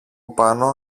πάνω